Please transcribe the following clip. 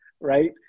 Right